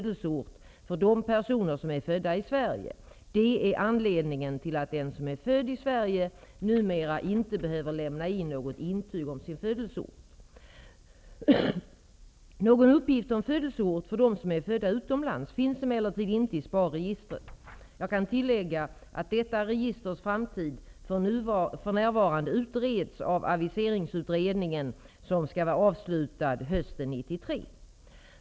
Det är anledningen till att den som är född i Sverige numera inte behöver lämna in något intyg om sin födelseort. Någon uppgift om födelseort för dem som är födda utomlands finns emellertid inte i SPAR-registret. Jag kan tillägga att detta registers framtid för närvarande utreds av aviseringsutredningen, som skall vara avslutad hösten 1993.